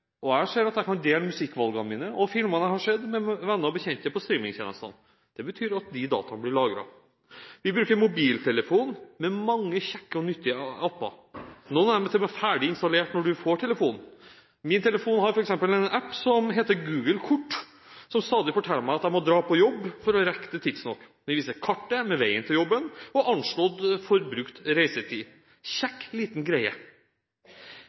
Jeg ser at jeg kan dele musikkvalgene mine og filmene jeg har sett, med venner og bekjente på streaming-tjenestene. Det betyr at de dataene blir lagret. Vi bruker mobiltelefon med mange kjekke og nyttige app-er. Noen av dem er til og med ferdig installert når du får telefonen. Min telefon har f.eks. en app som heter Google kart, som stadig forteller meg at jeg må dra på jobb for å rekke det tidsnok. Det viser kartet, med veien til jobben og anslått forbrukt reisetid – kjekk liten greie.